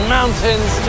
Mountains